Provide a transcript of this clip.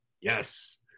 yes